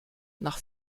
nach